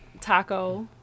taco